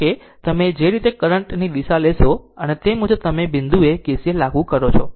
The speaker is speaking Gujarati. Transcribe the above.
ધારો કે તમે જે રીતે કરંટ ની દિશા લેશો અને તે મુજબ તમે આ બિંદુએ KCL લાગુ કરો છો